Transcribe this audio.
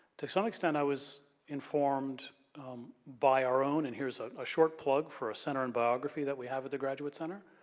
to some extent, i was informed by our own, and here's ah a short plug for a center in biography that we have at the graduate center